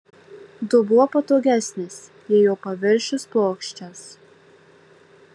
dubuo patogesnis jei jo paviršius plokščias